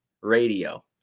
radio